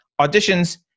auditions